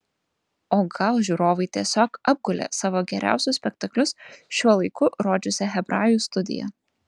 o gal žiūrovai tiesiog apgulė savo geriausius spektaklius šiuo laiku rodžiusią hebrajų studiją